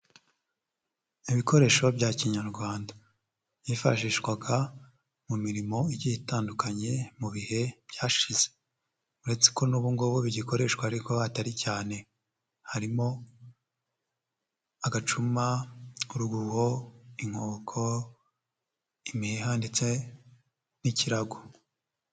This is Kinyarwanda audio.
Ibikoresho bya kinyarwanda byifashishwaga mu mirimo igiye itandukanye mu bihe byashize uretse ko n'ubu ngubu bigikoreshwa ariko atari cyane harimo: agacuma, urwuho, inkoko, imiheha ndetse n'ikirago.